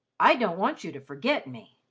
i don't want you to forget me.